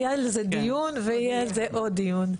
היה על זה דיון ויהיה על זה עוד דיון.